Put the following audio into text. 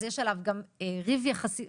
אז יש עליו גם "ריב" יחסית,